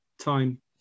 time